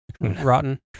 rotten